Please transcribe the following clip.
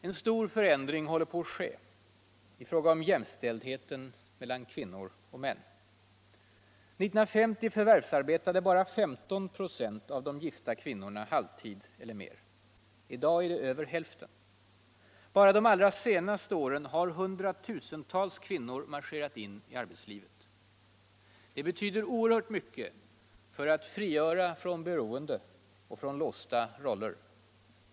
En stor förändring håller på att ske i fråga om jämställdheten mellan kvinnor och män. 1950 förvärvsarbetade bara 15 926 av de gifta kvinnorna halvtid eller mer. I dag är det över hälften. Bara på de allra senaste åren har hundratusentals kvinnor marscherat in i arbetslivet. Det betyder oerhört mycket för att frigöra från beroende och låsta roller.